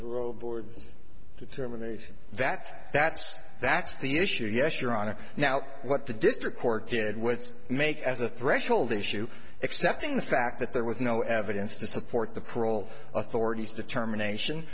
parole board determination that's that's that's the issue yes your honor now what the district court did with make as a threshold issue accepting the fact that there was no evidence to support the parole authorities determination